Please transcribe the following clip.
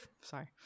Sorry